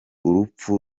urupfu